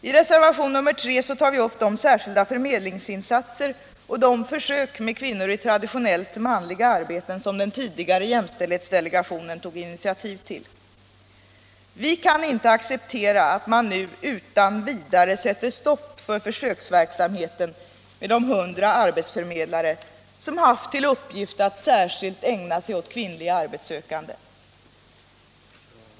I reservationen 3 tar vi upp de särskilda förmedlingsinsatser och de försök med kvinnor i traditionellt manliga arbeten som den tidigare jämställdhetsdelegationen tog initiativ till. Vi kan inte acceptera att man nu utan vidare sätter stopp för försöksverksamheten med de 100 arbetsförmedlare som haft till uppgift att särskilt ägna sig åt kvinnliga arbetssökande.